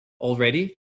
already